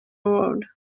old